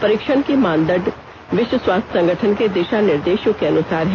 परीक्षण के मानदंड विश्व स्वास्थ्य संगठन के दिशा निर्देशों के अनुसार हैं